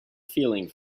feeling